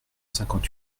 cinquante